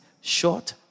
short